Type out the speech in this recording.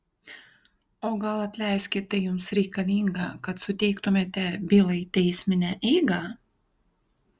o gal atleiskit tai jums reikalinga kad suteiktumėte bylai teisminę eigą